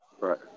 Right